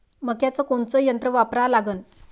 मक्याचं कोनचं यंत्र वापरा लागन?